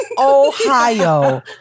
Ohio